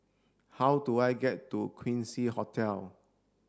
how do I get to Quincy Hotel